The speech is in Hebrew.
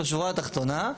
בשורה התחתונה,